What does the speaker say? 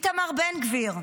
איתמר בן גביר,